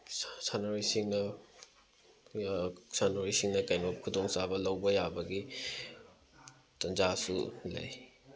ꯁꯥꯟꯅꯔꯣꯏꯁꯤꯡꯅ ꯁꯥꯟꯅꯔꯣꯏꯁꯤꯡꯅ ꯀꯩꯅꯣ ꯈꯨꯗꯣꯡ ꯆꯥꯕ ꯂꯧꯕ ꯌꯥꯕꯒꯤ ꯇꯟꯖꯥꯁꯨ ꯂꯩ